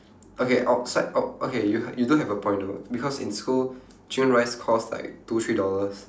okay outside out~ okay you h~ you do have a point though because in school chicken rice costs like two three dollars